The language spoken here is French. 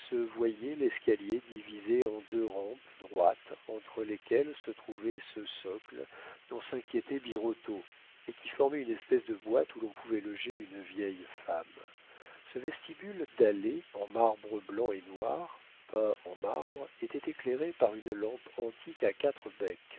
l'escalier divisé en deux rampes droites entre lesquelles se trouvait ce socle dont s'inquiétait birotteau et qui formait une espèce de boîte où l'on pouvait loger une vieille femme ce vestibule dallé en marbre blanc et noir peint en marbre était éclairé par une lampe antique à quatre